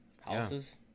Houses